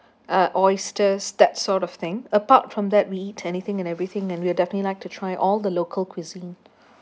uh oysters that sort of thing apart from that we eat anything and everything and we will definitely like to try all the local cuisine